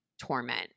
torment